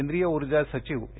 केंद्रीय ऊर्जा सचिव ए